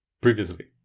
previously